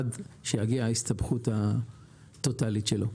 עד שתגיע ההסתבכות הטוטלית שלו.